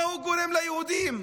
מה הוא גורם ליהודים?